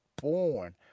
born